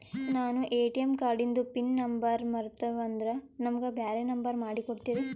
ನಾನು ಎ.ಟಿ.ಎಂ ಕಾರ್ಡಿಂದು pin number ಮರತೀವಂದ್ರ ನಮಗ ಬ್ಯಾರೆ ನಂಬರ್ ಮಾಡಿ ಕೊಡ್ತೀರಿ?